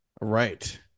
Right